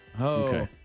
Okay